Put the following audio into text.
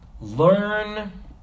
learn